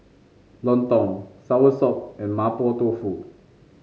lontong soursop and Mapo Tofu